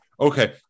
okay